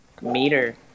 meter